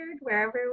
wherever